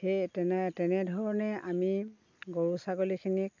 সেই তেনে তেনেধৰণেই আমি গৰু ছাগলীখিনি